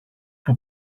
που